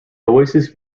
oasis